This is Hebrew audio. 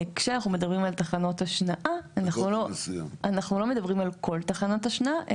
כשאנחנו מדברים על תחנות השנעה אנחנו לא מדברים על כל תחנת השנעה,